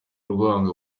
urwango